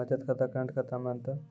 बचत खाता करेंट खाता मे अंतर?